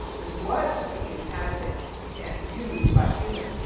it was to be inhabited and used by humans.